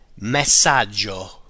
Messaggio